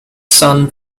son